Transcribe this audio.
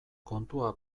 kontua